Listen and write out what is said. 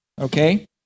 Okay